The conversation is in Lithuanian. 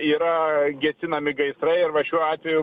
yra gesinami gaisrai arba šiuo atveju